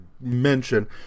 mention